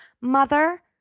mother